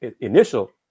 initial